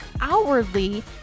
outwardly